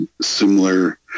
similar